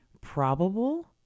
probable